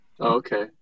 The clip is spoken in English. Okay